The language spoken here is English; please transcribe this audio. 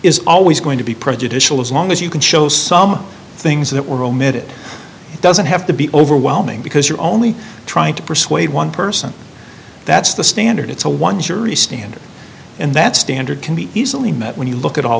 is always going to be prejudicial as long as you can show some things that were omitted it doesn't have to be overwhelming because you're only trying to persuade one person that's the standard it's a one jury standard and that standard can be easily met when you look at all